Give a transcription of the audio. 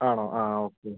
ആണോ ആ ഓക്കേ